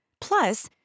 Plus